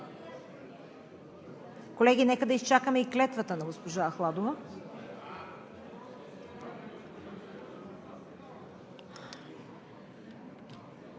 Колеги, нека да изчакаме и клетвата на госпожа Ахладова.